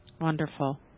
Wonderful